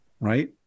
right